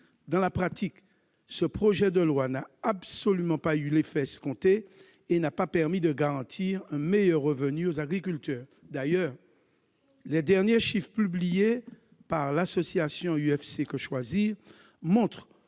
dans la pratique, cette loi n'a absolument pas eu l'effet escompté et n'a pas permis de garantir un meilleur revenu aux agriculteurs. D'ailleurs, les derniers chiffres publiés par l'association UFC-Que Choisir montrent